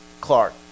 Clark